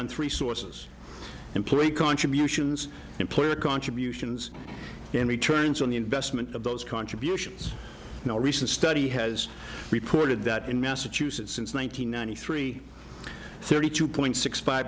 on three sources employee contributions employer contributions and returns on the investment of those contributions now a recent study has reported that in massachusetts since one nine hundred ninety three thirty two point six five